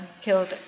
killed